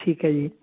ਠੀਕ ਹੈ ਜੀ